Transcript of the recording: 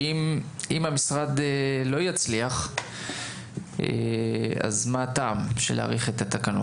כי אם המשרד לא יצליח, אז מה הטעם בהארכת התקנות?